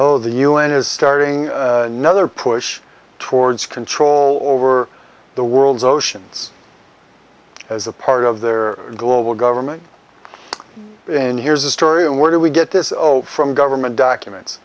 oh the un is starting no other push towards control over the world's oceans as a part of their global government in here's a story and where do we get this from government documents